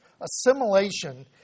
Assimilation